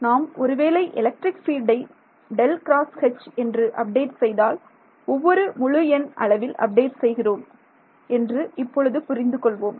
நாம் ஒருவேளை எலக்ட்ரிக் ஃபீல்டை ∇×H அப்டேட் செய்தால் ஒவ்வொரு முழு எண் அளவில் அப்டேட் செய்கிறோம் என்று இப்பொழுது புரிந்து கொள்வோம்